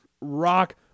rock